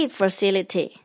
facility